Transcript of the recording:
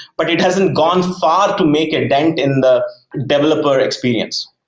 but it hasn't gone far to make a dent in the developer experience.